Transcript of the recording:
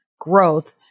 growth